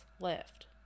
left